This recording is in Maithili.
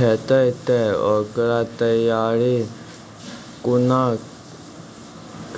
हेतै तअ ओकर तैयारी कुना